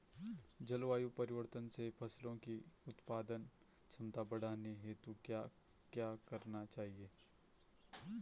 जलवायु परिवर्तन से फसलों की उत्पादन क्षमता बढ़ाने हेतु क्या क्या करना चाहिए?